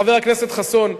חבר הכנסת חסון,